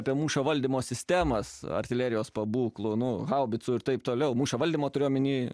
apie mūšio valdymo sistemas artilerijos pabūklų nu haubicų ir taip toliau mūšio valdymo turiu omeny